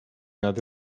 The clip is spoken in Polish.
nad